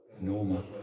Norma